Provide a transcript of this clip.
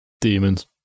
Demons